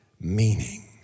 meaning